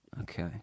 Okay